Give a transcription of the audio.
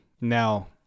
Now